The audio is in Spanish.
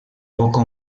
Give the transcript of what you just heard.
poco